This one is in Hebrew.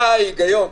מה ההיגיון?